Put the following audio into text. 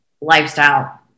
lifestyle